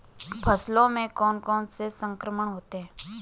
फसलों में कौन कौन से संक्रमण होते हैं?